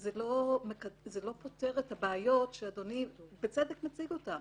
זה לא פותר את הבעיות שאדוני בצדק מציג אותן.